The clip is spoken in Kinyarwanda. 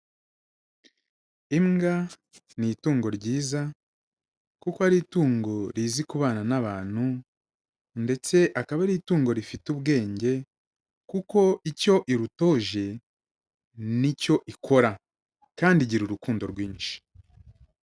Imbwa ni itungo ryiza kuko ari itungo rizi kubana n'abantu ndetse akaba ari itungo rifite ubwenge kuko icyo irutoje, ni cyo ikora kandi igira urukundo rwinshi.